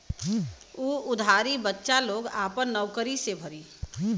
उ उधारी बच्चा लोग आपन नउकरी से भरी